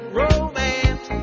romance